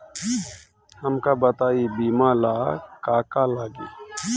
हमका बताई बीमा ला का का लागी?